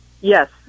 Yes